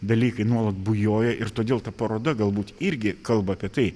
dalykai nuolat bujoja ir todėl ta paroda galbūt irgi kalba apie tai